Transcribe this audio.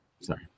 Sorry